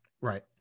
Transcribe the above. Right